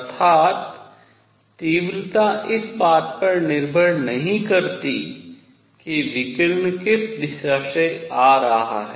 अर्थात तीव्रता इस बात पर निर्भर नहीं करती कि विकिरण किस दिशा से आ रहा है